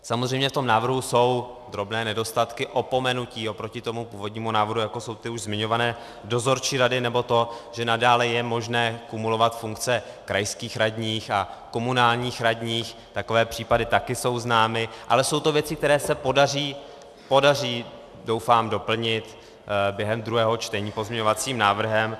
Samozřejmě v tom návrhu jsou drobné nedostatky, opomenutí oproti tomu původnímu návrhu, jako jsou ty už zmiňované dozorčí rady nebo to, že nadále je možné kumulovat funkce krajských radních a komunálních radních, takové případy také jsou známy, ale jsou to věci, které se podaří, doufám, doplnit během druhého čtení pozměňovacím návrhem.